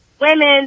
women